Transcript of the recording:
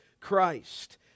Christ